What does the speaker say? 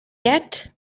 yet